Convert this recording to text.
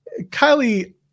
Kylie